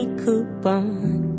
coupon